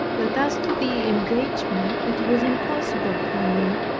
that as to the engagement it was impossible for me,